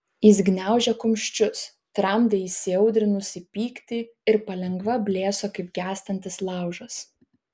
jis gniaužė kumščius tramdė įsiaudrinusį pyktį ir palengva blėso kaip gęstantis laužas